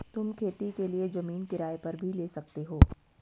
तुम खेती के लिए जमीन किराए पर भी ले सकते हो